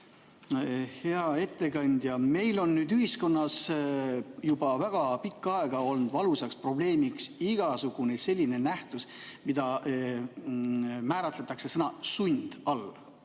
Hea ettekandja! Meil on nüüd ühiskonnas juba väga pikka aega olnud valus probleem igasugune selline nähtus, mida määratletakse sõnaga "sund".